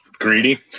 Greedy